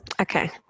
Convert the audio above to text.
Okay